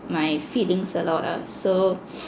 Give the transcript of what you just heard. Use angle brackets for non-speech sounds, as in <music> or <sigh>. my feelings a lot ah so <noise>